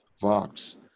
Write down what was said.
vox